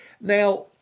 Now